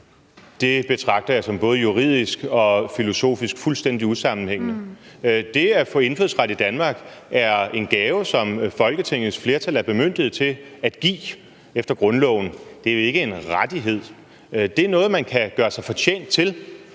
betragter jeg både juridisk og filosofisk som fuldstændig usammenhængende. Det at få indfødsret i Danmark er en gave, som Folketingets flertal er bemyndiget til at give efter grundloven, og det er jo ikke en rettighed. Men det er noget, som man kan gøre sig fortjent til,